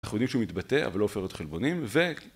אנחנו יודעים שהוא מתבטא אבל לא אופר את החלבונים